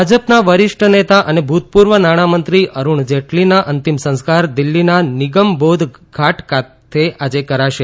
ભાજપના વરિષ્ઠ નેતા અને ભુતપુર્વ નાણામંત્રી અરૂણ જેટલીના અંતિમ સંસ્કાર દિલ્હીના નિગમ બોધ ઘાટ ખાતે આજે કરાશે